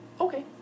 Okay